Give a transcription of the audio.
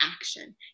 action